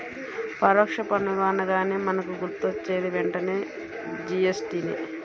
పరోక్ష పన్నులు అనగానే మనకు గుర్తొచ్చేది వెంటనే జీ.ఎస్.టి నే